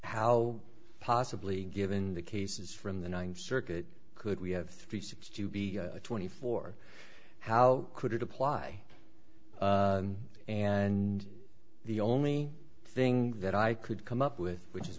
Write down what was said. how possibly given the cases from the ninth circuit could we have three sets to be twenty four how could it apply and the only thing that i could come up with which is